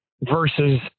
versus